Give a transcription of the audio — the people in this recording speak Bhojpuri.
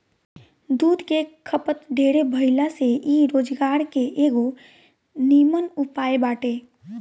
दूध के खपत ढेरे भाइला से इ रोजगार के एगो निमन उपाय बाटे